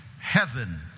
heaven